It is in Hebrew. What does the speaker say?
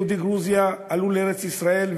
יהודי גרוזיה עלו לארץ-ישראל,